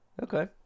Okay